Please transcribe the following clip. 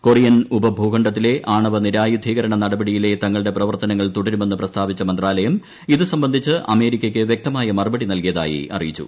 Korean ഉപഭൂഖണ്ഡത്തിലെ ആണവനിരായുധീകരണ നടപടി യിലെ തങ്ങളുടെ പ്രവർത്തനങ്ങൾ തുടരുമെന്ന് പ്രസ്താവിച്ച മന്ത്രാലയം ഇതു സംബന്ധിച്ച് അമേരിക്കയ്ക്ക് വ്യക്തമായ മറുപടി നൽകിയതായി അറിയിച്ചു